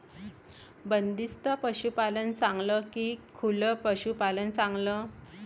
बंदिस्त पशूपालन चांगलं का खुलं पशूपालन चांगलं?